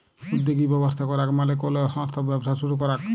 উদ্যগী ব্যবস্থা করাক মালে কলো সংস্থা বা ব্যবসা শুরু করাক